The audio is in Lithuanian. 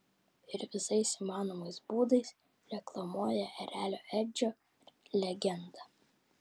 ir visais įmanomais būdais reklamuoja erelio edžio legendą